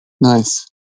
Nice